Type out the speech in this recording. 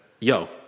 Yo